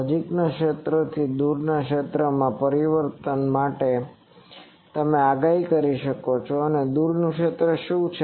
નજીકના ક્ષેત્રથી દૂરના ક્ષેત્રમાં પરિવર્તન અને તમે આગાહી કરી શકો છો કે દૂરનું ક્ષેત્ર શું છે